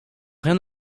rien